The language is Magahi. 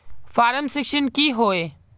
फारम सिक्सटीन की होय?